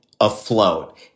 afloat